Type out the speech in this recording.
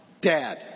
Dad